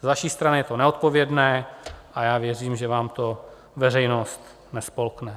Z vaší strany je to neodpovědné a já věřím, že vám to veřejnost nespolkne.